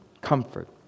comfort